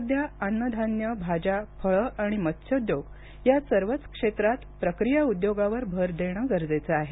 सध्या अन्नधान्य भाज्या फळं आणि मत्स्योद्योग या सर्वच क्षेत्रात प्रक्रिया उद्योगावर भर देणं गरजेचं आहे